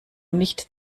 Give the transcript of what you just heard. nicht